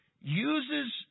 uses